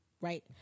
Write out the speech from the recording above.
Right